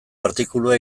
artikulua